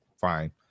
fine